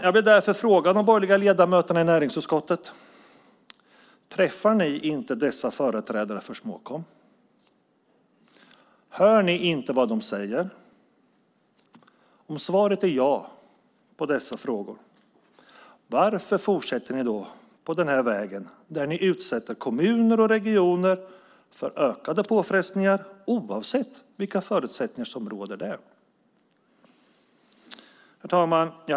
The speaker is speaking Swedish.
Jag vill därför fråga de borgerliga ledamöterna i näringsutskottet: Träffar ni inte dessa företrädare för Småkom? Hör ni inte vad de säger? Om svaret är jo på dessa frågor undrar jag: Varför fortsätter ni på den här vägen, där ni utsätter kommuner och regioner för ökade påfrestningar, oavsett vilka förutsättningar som råder? Herr talman!